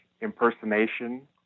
impersonation